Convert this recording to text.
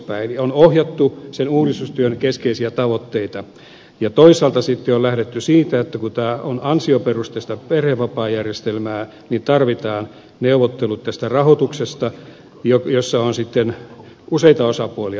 eli on ohjattu sen uudistustyön keskeisiä tavoitteita ja toisaalta sitten on lähdetty siitä että kun tämä on ansioperusteista perhevapaajärjestelmää niin tarvitaan neuvottelut tästä rahoituksesta jossa on sitten useita osapuolia